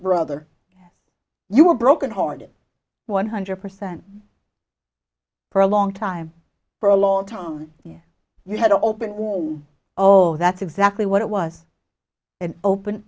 brother you were broken hearted one hundred percent for a long time for a long time yet you had open oh that's exactly what it was an open